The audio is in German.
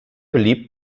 beliebt